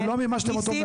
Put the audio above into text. ולא מימשתם אותו מעולם.